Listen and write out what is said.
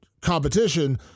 competition